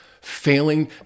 failing